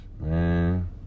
man